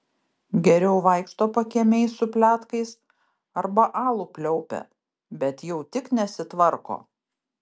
geriau vaikšto pakiemiais su pletkais arba alų pliaupia bet jau tik nesitvarko